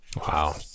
wow